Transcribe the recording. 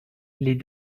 les